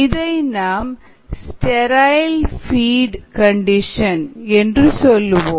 இதை நாம் ஸ்டெரயில்பீட் கண்டிஷன் என்று சொல்லுவோம்